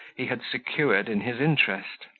he had secured in his interest.